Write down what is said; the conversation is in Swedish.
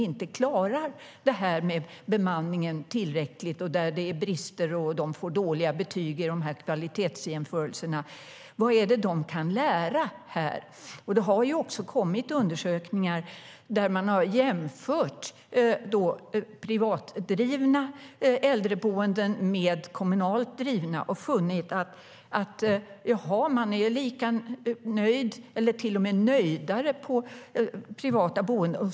Det gäller dem som inte klarar bemanningen tillräckligt bra, som har brister och som får dåliga betyg i kvalitetsjämförelserna. Det har också kommit undersökningar där man har jämfört privat drivna äldreboenden med kommunalt drivna och funnit att de boende är lika nöjda eller till och med nöjdare på privata boenden.